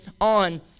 on